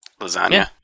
Lasagna